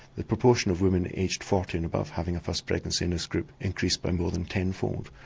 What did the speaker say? the proportion of women aged forty and above having a first pregnancy in this group increased by more than tenfold,